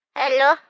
hello